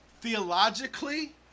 Theologically